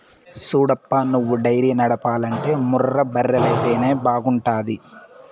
సూడప్పా నువ్వు డైరీ నడపాలంటే ముర్రా బర్రెలైతేనే బాగుంటాది